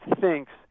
thinks